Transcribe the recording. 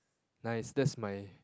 nice that's my